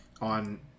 On